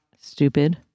stupid